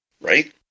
right